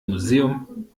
museum